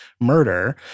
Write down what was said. murder